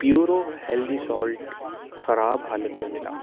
Puro healthy salt خراب حالت میں ملا